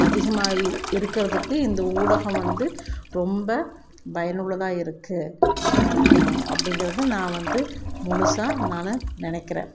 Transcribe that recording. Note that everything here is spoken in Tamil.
அதிகமாக இரு இருக்கிறதுக்கு இந்த ஊடகம் வந்து ரொம்ப பயனுள்ளதாக இருக்குது அப்படிங்கறத நான் வந்து முழுசாக நானும் நினைக்கிறேன்